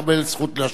תקבל את הזכות להשיב.